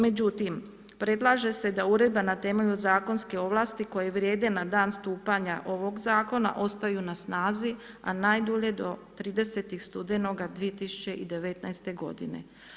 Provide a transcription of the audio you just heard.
Međutim, predlaže se da Uredba na temelju zakonske ovlasti koje vrijede na dan stupanja ovog Zakona ostaju na snazi, a najdulje do 30. studenoga 2019. godine.